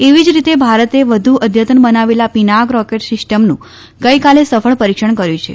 એવી જ રીતે ભારતે વધુ અદ્યતન બનાવેલ પિનાક રોકેટ સિસ્ટમનું ગઈકાલે સફળ પરીક્ષણ કર્યું છે